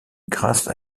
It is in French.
grâce